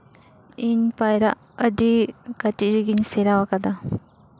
ᱤᱧ ᱯᱟᱭᱨᱟᱜ ᱟᱹᱰᱤ ᱠᱟᱹᱴᱤᱡ ᱨᱮᱜᱤᱧ ᱥᱮᱬᱟᱣ ᱠᱟᱫᱟ